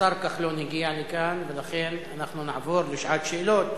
השר כחלון הגיע לכאן, ולכן אנחנו נעבור לשעת שאלות